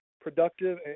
productive